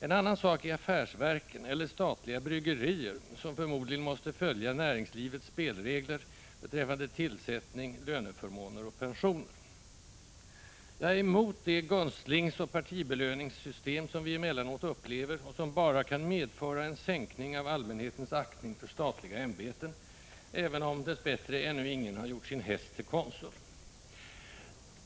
En annan sak är affärsverken, eller statliga bryggerier, som förmodligen måste följa näringslivets spelregler beträffande tillsättning, löneförmåner och pensioner. Jag är emot det gunstlingsoch partibelöningssystem som vi emellanåt upplever och som bara kan medföra en sänkning av allmänhetens aktning för 81 statliga ämbeten, även om dess bättre ännu ingen gjort sin häst till konsul.